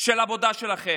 של עבודה שלכם.